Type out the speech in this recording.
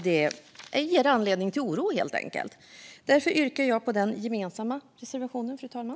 Detta ger anledning till oro, och därför yrkar jag bifall till den gemensamma reservationen.